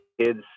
kids